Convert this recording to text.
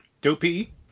Dopey